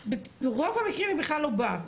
שברוב המקרים היא בכלל לא באה,